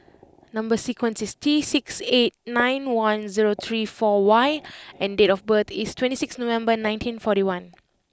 number sequence is T six eight nine one zero three four Y and date of birth is twenty sixth November nineteen forty one